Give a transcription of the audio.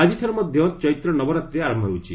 ଆଜିଠାରୁ ମଧ୍ୟ ଚୈତ୍ର ନବରାତ୍ରି ଆରମ୍ଭ ହେଉଛି